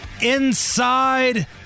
inside